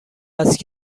است